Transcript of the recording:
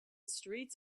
streets